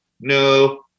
no